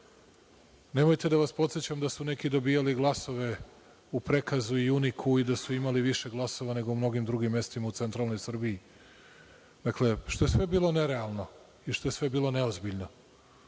da vas podsećam da su neki dobijali glasove u Prekazu i Uniku i da su imali više glasova nego u mnogim drugim mestima u centralnoj Srbiji, što je sve bilo nerealno i što je sve bilo neozbiljno. Dakle,